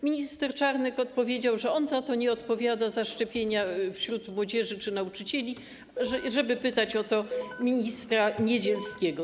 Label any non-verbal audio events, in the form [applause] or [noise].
Minister Czarnek odpowiedział, że on za to nie odpowiada, za szczepienia wśród młodzieży czy nauczycieli, [noise] żeby pytać o to ministra Niedzielskiego.